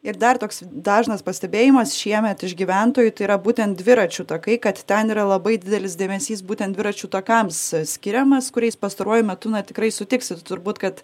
ir dar toks dažnas pastebėjimas šiemet iš gyventojų tai yra būtent dviračių takai kad ten yra labai didelis dėmesys būtent dviračių takams skiriamas kuriais pastaruoju metu na tikrai sutiksit turbūt kad